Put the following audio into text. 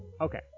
okay